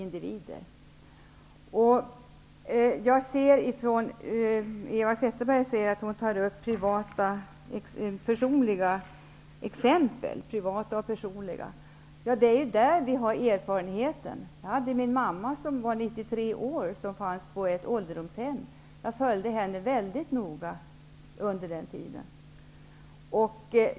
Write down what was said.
Eva Zetterberg säger att hon tar upp privata personliga exempel. Det är ju från det privata livet som vi har våra erfarenheter. Min mamma bodde på ett ålderdomshem när hon var 93 år. Under den tiden följde jag väldigt noga hur hon hade det.